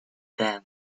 then